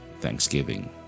thanksgiving